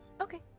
Okay